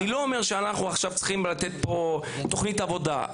אני לא אומר שאנחנו צריכים לתת פה תוכנית עבודה,